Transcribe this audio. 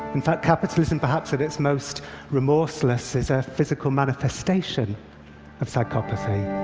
in fact, capitalism, perhaps at its most remorseless, is a physical manifestation of psychopathy.